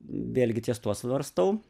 vėlgi ties tuo svarstau